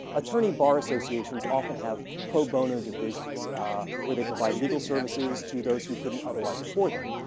attorney bar associations often have pro bono divisions where they provide legal services to those who couldn't otherwise afford them.